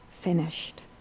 finished